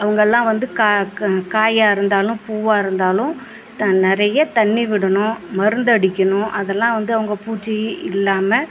அவங்கள்லாம் வந்து கா க காயாக இருந்தாலும் பூவாக இருந்தாலும் த நிறைய தண்ணி விடணும் மருந்து அடிக்கணும் அதெலாம் வந்து அவங்க பூச்சி இல்லாமல்